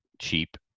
Cheap